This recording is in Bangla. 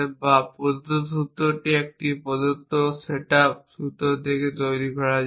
বা প্রদত্ত সূত্রটি একটি প্রদত্ত সেট আপ সূত্র থেকে তৈরি করা যায়